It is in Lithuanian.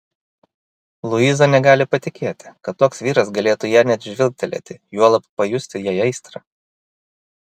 luiza negali patikėti kad toks vyras galėtų į ją net žvilgtelėti juolab pajusti jai aistrą